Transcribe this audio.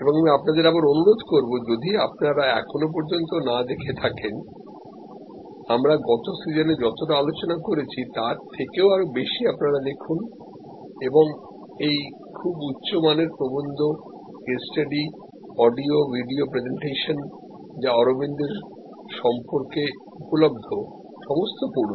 এবং আমি আপনাদের আবার অনুরোধ করবো যদি আপনারা এখনো পর্যন্ত না দেখে থাকেন আমরা গত সিজনে যতটা আলোচনা করেছি তার থেকেও আরো বেশি আপনারা দেখুন এবং খুব উচ্চ মানের প্রবন্ধ কেস স্টাডিঅডিও ভিডিও প্রেজেন্টেশন যা অরবিন্দের সম্পর্কে উপলব্ধ সমস্ত পড়ুন